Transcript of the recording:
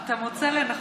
אתה מוצא לנכון,